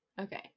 Okay